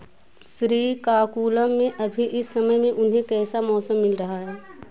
श्रीकाकुलम में अभी इस समय में उन्हें कैसा मौसम मिल रहा है